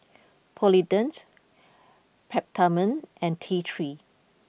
Polident Peptamen and T three